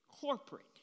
Corporate